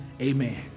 amen